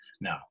Now